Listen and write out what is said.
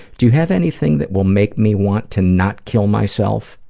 do you have anything that will make me want to not kill myself?